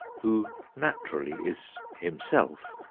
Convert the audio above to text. who naturally is himself,